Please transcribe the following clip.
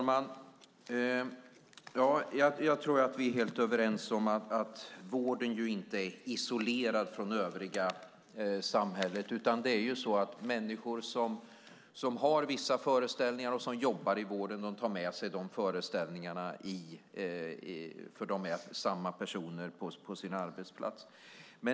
Fru talman! Jag tror att vi är helt överens om att vården inte är isolerad från övriga samhället. Människor som har vissa föreställningar och jobbar i vården har med sig de föreställningarna på sin arbetsplats.